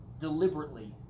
deliberately